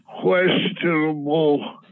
questionable